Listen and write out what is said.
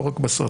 לא רק בסרטים,